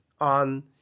on